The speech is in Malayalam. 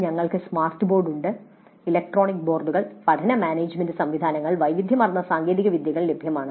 ഞങ്ങൾക്ക് സ്മാർട്ട് ബോർഡ് ഉണ്ട് ഇലക്ട്രോണിക് ബോർഡുകൾ പഠന മാനേജുമെന്റ് സംവിധാനങ്ങൾ വൈവിധ്യമാർന്ന സാങ്കേതികവിദ്യകൾ ലഭ്യമാണ്